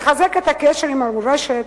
לחזק את הקשר עם המורשת,